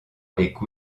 avec